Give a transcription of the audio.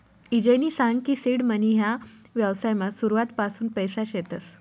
ईजयनी सांग की सीड मनी ह्या व्यवसायमा सुरुवातपासून पैसा शेतस